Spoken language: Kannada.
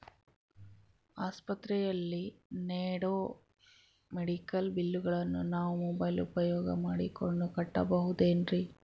ಆಸ್ಪತ್ರೆಯಲ್ಲಿ ನೇಡೋ ಮೆಡಿಕಲ್ ಬಿಲ್ಲುಗಳನ್ನು ನಾವು ಮೋಬ್ಯೆಲ್ ಉಪಯೋಗ ಮಾಡಿಕೊಂಡು ಕಟ್ಟಬಹುದೇನ್ರಿ?